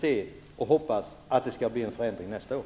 Vi får hoppas att det blir en förändring nästa år.